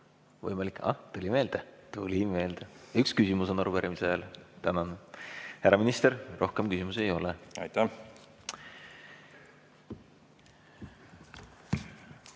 Ahah, tuli meelde. Tuli meelde: üks küsimus on arupärimise ajal. Tänan! Härra minister, rohkem küsimusi ei ole. Head